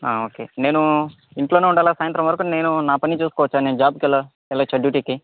okay నేను ఇంట్లోనే ఉండాలా సాయంత్రం వరకు నేను నాపని చేసుకోవచ్చా నేను జాబుకెల్ల వేల్లోచ్చా డ్యూటీకి